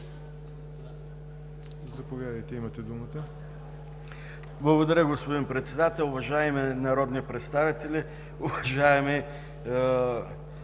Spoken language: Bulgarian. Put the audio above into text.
Благодаря, господин Председател. Уважаеми народни представители! Уважаеми